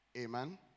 Amen